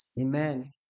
Amen